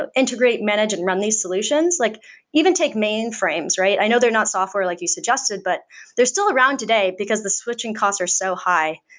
but integrate, manage and run these solutions. like even take mainframes, right? i know they're not software, like you suggested, but there's still around today, because the switching costs are so high.